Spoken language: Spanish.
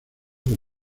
como